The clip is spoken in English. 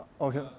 okay